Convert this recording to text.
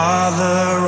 Father